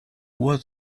ohr